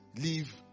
leave